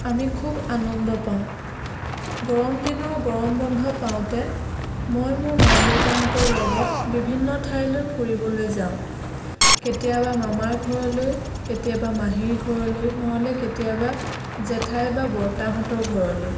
আমি খুব আনন্দ পাওঁ গৰম দিনৰ গৰম বন্ধ পাওঁতে মই মোৰ মা দেউতাহঁতৰ লগত বিভিন্ন ঠাইলৈ ফুৰিবলৈ যাওঁ কেতিয়াবা মামাৰ ঘৰলৈ কেতিয়াবা মাহীৰ ঘৰলৈ নহ'লে কেতিয়াবা জেঠাই বা বৰ্তাহঁতৰ ঘৰলৈ